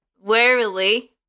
warily